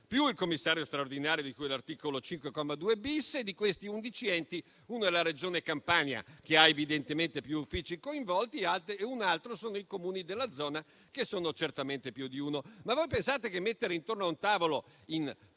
più il Commissario straordinario di cui all'articolo 5, comma 2-*bis*, dei quali uno è la Regione Campania, che evidentemente ha più uffici coinvolti, e gli altri sono i Comuni della zona, che sono certamente più di uno? Voi pensate che a mettere intorno a un tavolo in